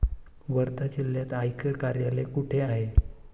वर्धा जिल्ह्यात आयकर कार्यालय कुठे आहे?